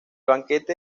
banquete